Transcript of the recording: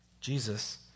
Jesus